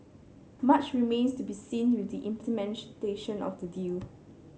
much remains to be seen with the implementation of the deal